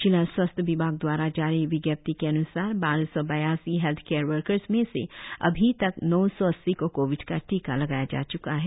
जिला स्वास्थ्य विभाग द्वारा जारी विज्ञप्ति के अनुसार बारह सौ बयासी हेल्थ केयर वर्कर्स में से अभी तक नौ सौ अस्सी को कोविड का टीका लगाया जा च्का है